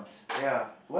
ya